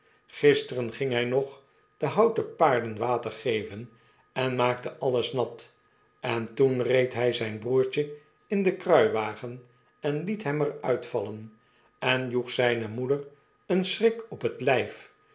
gisteren ging hy nog de houten paarden water geven en maakte alles nat en toen reed hy zijn broertje in den kruiwagen en liethem er uitvallen en joeg zyne moeder een schrik op het lyf